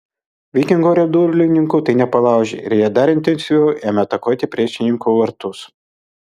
vikingo riedulininkų tai nepalaužė ir jie dar intensyviau ėmė atakuoti priešininko vartus